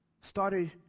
started